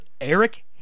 Eric